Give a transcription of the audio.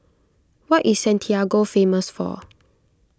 what is Santiago famous for